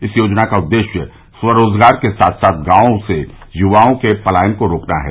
इस योजना का उद्देश्य स्वरोजगार के साथ साथ गांवों से युवाओं के पलायन को रोकना है